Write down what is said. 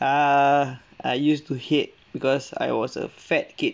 err I used to hate because I was a fat kid